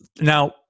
now